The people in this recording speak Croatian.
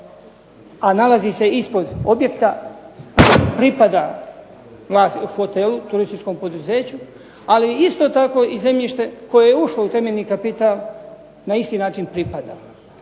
a nalazi se ispod objekta pripada hotelu, turističkom poduzeću, ali isto tako i zemljište koje je ušlo u temeljni kapital na isti način pripada.